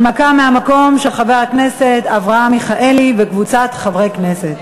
של חבר הכנסת אברהם מיכאלי וקבוצת חברי הכנסת,